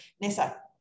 Nessa